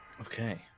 Okay